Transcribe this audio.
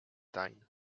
dein